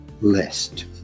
list